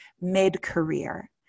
mid-career